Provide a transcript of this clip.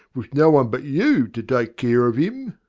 with no one but you to take care of him!